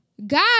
God